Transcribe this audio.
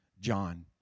John